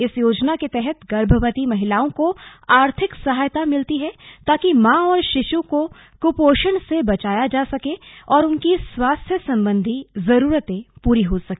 इस ्योजना के तहत गर्भवती महिलाओं को आर्थिक सहायता मिलती है ताकि मां और शिशु को कुपोषण से बचाया जा सके और उनकी स्वास्थ्य संबंधी जरूरतें पूरी हो सके